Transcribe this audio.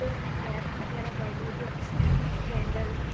ॿियो ऐं कैप वग़ैरह बर्डे जो अथव कैंडल्स